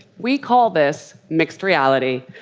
we call this mixed reality.